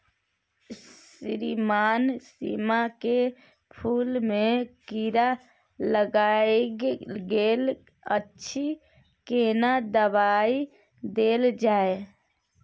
श्रीमान सीम के फूल में कीरा लाईग गेल अछि केना दवाई देल जाय?